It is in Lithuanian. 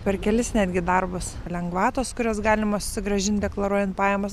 per kelis netgi darbus lengvatos kurias galima susigrąžint deklaruojant pajamas